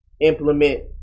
Implement